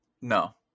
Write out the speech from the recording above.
No